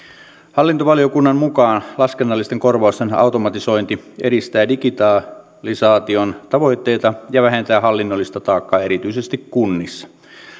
hallintovaliokunnan mukaan laskennallisten korvausten automatisointi edistää digitalisaation tavoitteita ja vähentää hallinnollista taakkaa erityisesti kunnissa